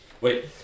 Wait